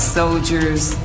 soldiers